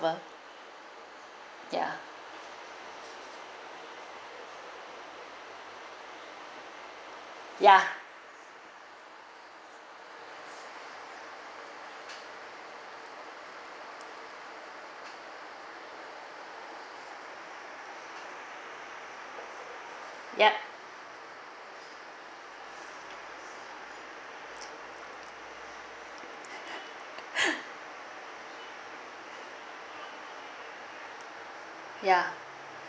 ya ya yup ya